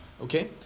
okay